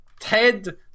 Ted